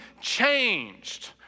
changed